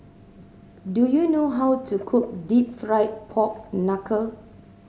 do you know how to cook Deep Fried Pork Knuckle